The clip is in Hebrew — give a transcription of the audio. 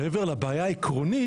מעבר לבעיה העקרונית,